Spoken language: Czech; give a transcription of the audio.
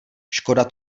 škoda